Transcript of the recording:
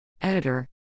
Editor